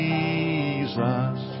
Jesus